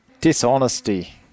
dishonesty